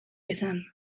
esan